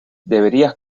deberías